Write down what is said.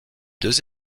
deux